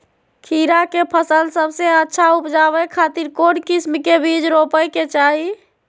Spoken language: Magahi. खीरा के फसल सबसे अच्छा उबजावे खातिर कौन किस्म के बीज रोपे के चाही?